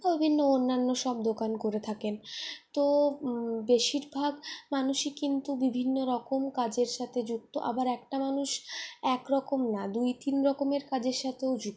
বিভিন্ন অন্যান্য সব দোকান করে থাকেন তো বেশির ভাগ মানুষই কিন্তু বিভিন্ন রকম কাজের সাথে যুক্ত আবার একটা মানুষ একরকম না দুই তিনরকমের কাজের সাথেও যুক্ত